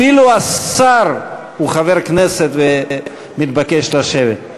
אפילו השר הוא חבר כנסת והוא מתבקש לשבת.